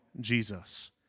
Jesus